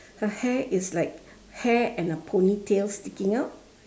her hair is like hair and a ponytail sticking out